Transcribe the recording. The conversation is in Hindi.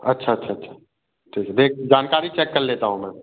अच्छा अच्छा अच्छा ठीक है देख जानकारी चेक कर लेता हूँ मैं